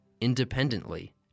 independently